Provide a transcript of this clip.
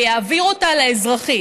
ויעביר אותו לאזרחית.